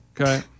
Okay